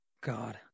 God